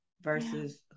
versus